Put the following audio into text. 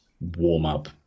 warm-up